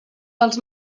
els